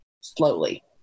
slowly